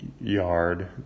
yard